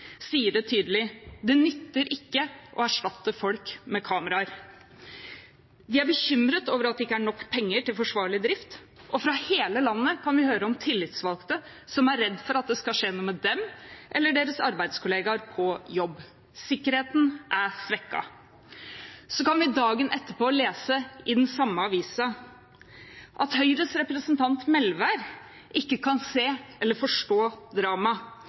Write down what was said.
sier det tydelig: Det nytter ikke å erstatte folk med kameraer. De er bekymret over at det ikke er nok penger til forsvarlig drift, og fra hele landet kan vi høre om tillitsvalgte som er redd for at det skal skje noe med dem eller deres arbeidskollegaer på jobb. Sikkerheten er svekket. Vi kan dagen etter lese i den samme avisen at Høyres representant Melvær ikke kan se eller forstå